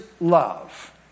love